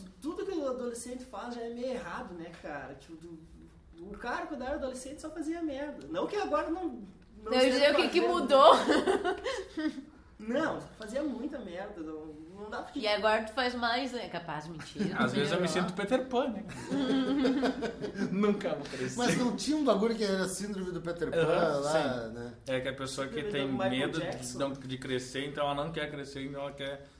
Tudo que o adolescente faz já é meio errado, né, cara? Tipo, do- do- o cara, quando era adolescente, só fazia merda. Não que agora não- não Não, eu seja ia dizer, o que que fazer, né? mudou? Não, fazia muita merda, não- não dá pra- porque- E agora tu faz mais, né? Capaz de mentir, não Às sei, vezes eu olha me lá. sinto Peter Pan, né? Nunca vou crescer. Mas não tinha um bagulho que era síndrome do Peter É, Pan lá, sim. né? É que a pessoa que Síndrome do tem Michael medo de- Jackson. não de crescer, então ela não quer crescer, então ela quer